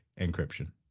encryption